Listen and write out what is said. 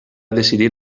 decidir